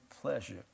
pleasure